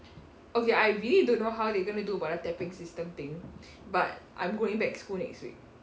okay I really don't know how they're going to do about the tapping system thing but I'm going back school next week